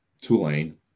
tulane